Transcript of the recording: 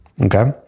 Okay